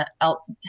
else